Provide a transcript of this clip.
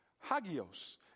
Hagios